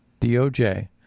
DOJ